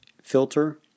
filter